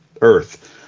Earth